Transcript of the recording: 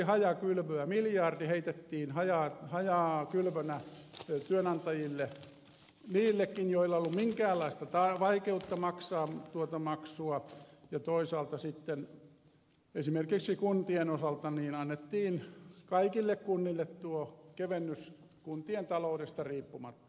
miljardi heitettiin hajakylvönä työnantajille niillekin joilla ei ollut minkäänlaista vaikeutta maksaa tuota maksua ja toisaalta sitten esimerkiksi kuntien osalta annettiin kaikille kunnille tuo kevennys kuntien taloudesta riippumatta